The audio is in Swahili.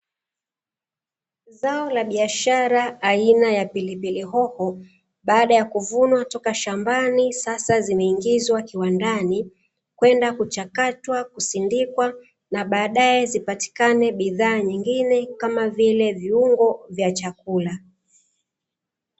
Zao la biashara aina ya pilipili hoho baada ya kuvunwa toka shambani sasa zimeingizwa kiwandani kwenda kuchakatwa, kusindikwa na baadae zipatikane bidhaa nyengine kama vile viungo vya chakula.